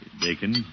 Bacon